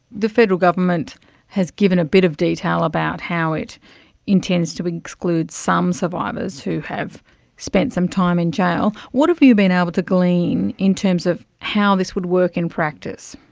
the federal government has given a bit of detail about how it intends to exclude some survivors who have spent some time in jail. what have you been able to glean in terms of how this would work in practice?